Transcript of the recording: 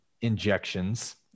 injections